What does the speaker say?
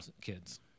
kids